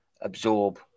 absorb